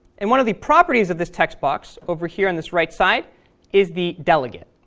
and one of the properties of this text box over here on this right side is the delegate.